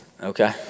okay